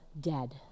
dead